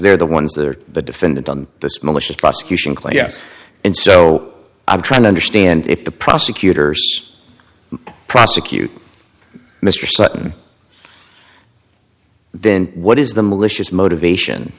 they're the ones that are the defendant on this malicious prosecution class and so i'm trying to understand if the prosecutors prosecute mr sutton then what is the malicious motivation